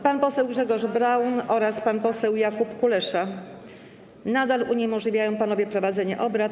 Pan poseł Grzegorz Braun oraz pan poseł Jakub Kulesza nadal uniemożliwiają prowadzenie obrad.